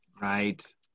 Right